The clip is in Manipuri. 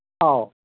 ꯑꯧ